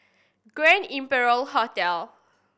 Grand Imperial Hotel